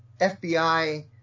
FBI